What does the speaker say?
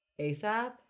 ASAP